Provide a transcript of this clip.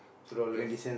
two dollars